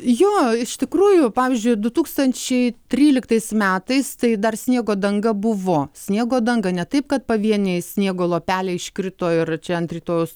jo iš tikrųjų pavyzdžiui du tūkstančiai tryliktais metais tai dar sniego danga buvo sniego danga ne taip kad pavieniai sniego lopeliai iškrito ir čia ant rytojaus